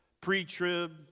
pre-trib